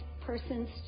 persons